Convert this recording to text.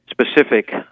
specific